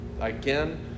Again